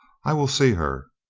i will see her.